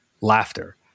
Laughter